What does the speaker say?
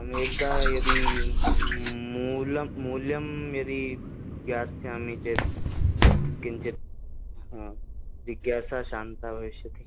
एकदा यदि मूलं मूल्यं यदि ज्ञास्यामि चेत् किञ्चित् जिज्ञासा शान्ता भविष्यति